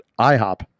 IHOP